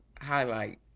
highlight